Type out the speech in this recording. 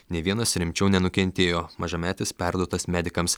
nė vienas rimčiau nenukentėjo mažametis perduotas medikams